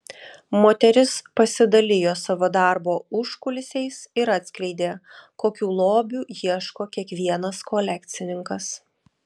moteris pasidalijo savo darbo užkulisiais ir atskleidė kokių lobių ieško kiekvienas kolekcininkas